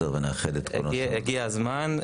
ונאחד את כל --- הגיע הזמן.